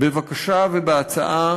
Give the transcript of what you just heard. בבקשה ובהצעה